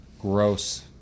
gross